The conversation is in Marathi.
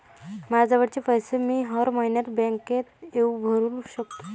मायाजवळचे पैसे मी हर मइन्यात बँकेत येऊन भरू सकतो का?